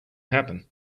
happen